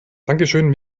dankeschön